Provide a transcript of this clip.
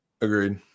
Agreed